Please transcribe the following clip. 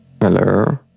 Hello